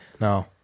No